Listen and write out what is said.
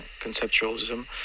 conceptualism